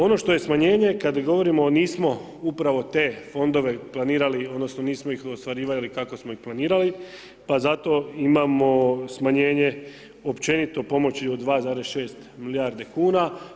Ono što je smanjenje, kada govorimo, nismo upravo te fondove planirali, odnosno, nismo ih ostvarivali, kako smo i planirali, pa zato imamo smanjenje, općenito pomoći od 2,6 milijarde kn.